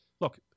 Look